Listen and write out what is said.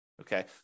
Okay